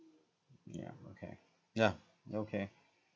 yeah okay yeah ya okay